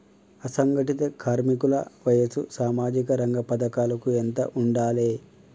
అసంఘటిత కార్మికుల వయసు సామాజిక రంగ పథకాలకు ఎంత ఉండాలే?